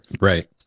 right